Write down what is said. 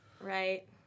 right